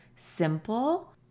simple